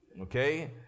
okay